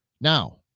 Now